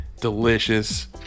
delicious